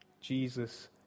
Jesus